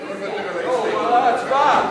אני לא מוותר על, לא, ההצבעה.